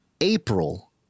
April